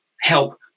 help